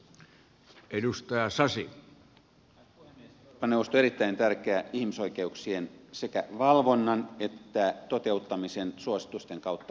euroopan neuvosto on erittäin tärkeä sekä ihmisoikeuksien valvonnan että toteuttamisen suositusten kautta kannalta